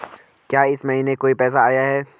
क्या इस महीने कोई पैसा आया है?